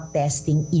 testing